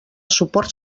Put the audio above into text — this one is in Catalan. suport